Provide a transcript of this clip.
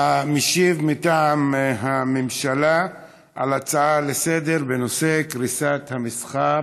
המשיב מטעם הממשלה על ההצעה לסדר-היום בנושא: קריסת המסחר